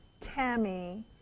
Tammy